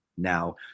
Now